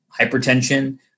hypertension